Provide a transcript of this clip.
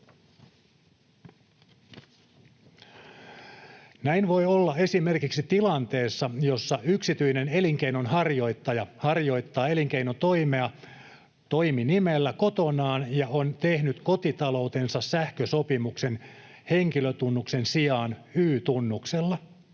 Näin voi olla esimerkiksi tilanteessa, jossa yksityinen elinkeinonharjoittaja harjoittaa elinkeinotoimea toiminimellä kotonaan ja on tehnyt kotitaloutensa sähkösopimuksen henkilötunnuksen sijaan Y-tunnuksella.